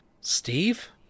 steve